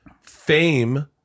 fame